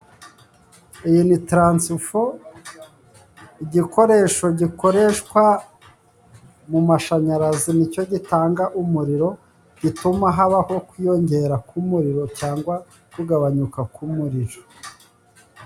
Iyi ni transifo, igikoresho gikoreshwa mu mashanyarazi ni cyo gitanga umuriro, gituma habaho kwiyongera k'umuriro cyangwa kugabanyuka k'umuriro.